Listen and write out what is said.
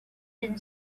been